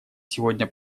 сегодня